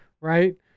right